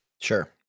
Sure